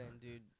dude